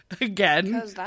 Again